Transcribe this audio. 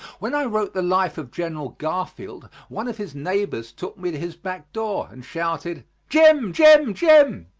when i wrote the life of general garfield, one of his neighbors took me to his back door, and shouted, jim, jim, jim!